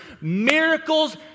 Miracles